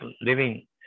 living